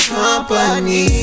company